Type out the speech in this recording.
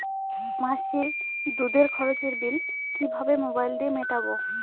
মাসিক দুধের খরচের বিল কিভাবে মোবাইল দিয়ে মেটাব?